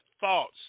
thoughts